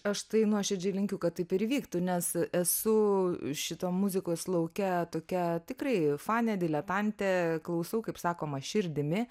aš tai nuoširdžiai linkiu kad taip ir įvyktų nes esu šito muzikos lauke tokia tikrai fanė diletantė klausau kaip sakoma širdimi